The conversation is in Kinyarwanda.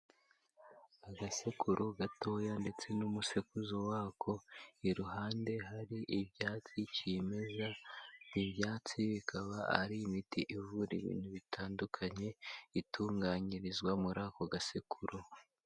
Agasekuru gatoya ndetse n'umusekuzo wako, iruhande hari ibyatsi cyimeza, ibyatsi bikaba ari imiti ivura ibintu bitandukanye, itunganyirizwa muri ako gasekuro.